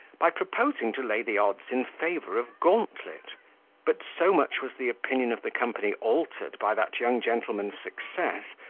by proposing to lay the odds in favour of gauntlet but so much was the opinion of the company altered by that young gentleman's success,